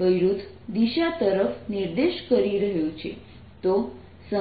વિરુદ્ધ દિશા તરફ નિર્દેશ કરી રહ્યું છે